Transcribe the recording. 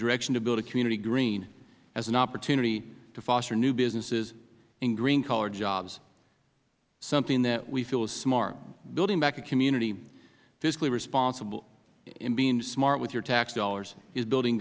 direction to build a community green as an opportunity to foster new businesses and green collar jobs something that we feel is smart building back a community fiscally responsibly and being smart with your tax dollars is building